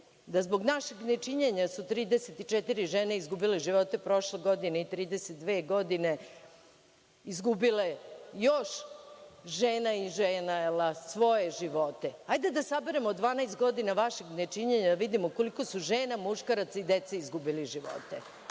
da zbog našeg nečinjenja su 34 žene izgubile živote prošle godine i 32 godine izgubile još žena i žena svoje živote. Hajde, da saberemo 12 godina vašeg nečinjenja da vidimo koliko su žena, muškaraca i dece izgubili živote.